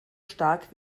stark